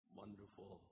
wonderful